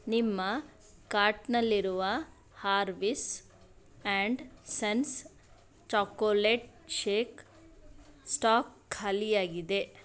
ನಿಮ್ಮ ಕಾರ್ಟ್ನಲ್ಲಿರುವ Harvis and sons chocolate shake stock ಖಾಲಿಯಾಗಿದೆ